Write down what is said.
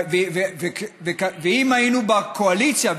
ואם היינו בקואליציה,